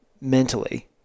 mentally